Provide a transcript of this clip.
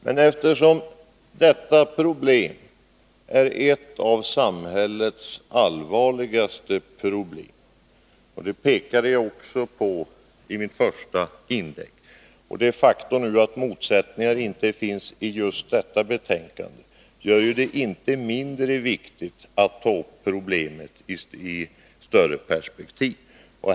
Men detta problem är ett av samhällets allvarligaste problem — det pekade jag också på i detta inlägg. Och det faktum att det inte finns motsättningar i just detta betänkande gör det inte mindre viktigt att ta upp problemet i större perspektiv.